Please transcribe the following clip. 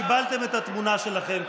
קיבלתם את התמונה שלכם,